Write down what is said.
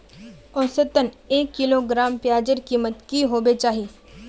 औसतन एक किलोग्राम प्याजेर कीमत की होबे चही?